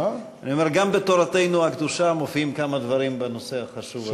גם בתורתנו הקדושה מופיעים כמה דברים בנושא החשוב הזה.